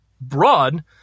broad